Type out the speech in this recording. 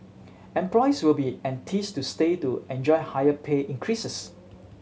employees will be enticed to stay to enjoy higher pay increases